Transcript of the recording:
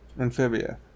Amphibia